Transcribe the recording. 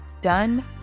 done